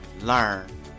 learn